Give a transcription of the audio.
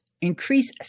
increase